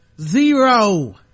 Zero